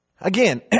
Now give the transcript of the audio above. Again